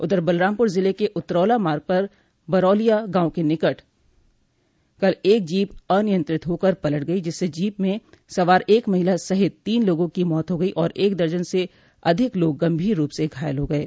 उधर बलरामपूर जिले के उतरौला मार्ग पर बरौलिया गांव के निकट कल एक जीप अनियंत्रित होकर पलट गयी जिससे जीप में सवार एक महिला सहित तीन लोगों की मौत हो गयी और एक दर्जन से अधिक लोग गंभीर रूप से घायल हो गये